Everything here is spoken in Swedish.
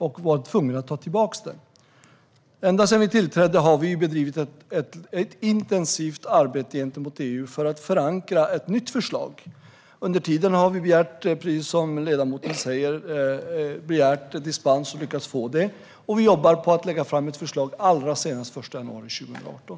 Man var därför tvungen att dra tillbaka den. Ända sedan vi tillträdde har vi bedrivit ett intensivt arbete gentemot EU för att förankra ett nytt förslag. Under tiden har vi begärt - precis som ledamoten säger - dispens och lyckats få det. Vi jobbar på att lägga fram ett förslag allra senast den 1 januari 2018.